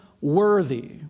worthy